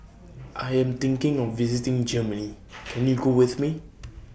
I Am thinking of visiting Germany Can YOU Go with Me